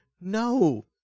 No